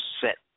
set